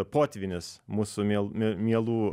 potvynis mūsų miel mie mielų